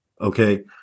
Okay